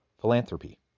Philanthropy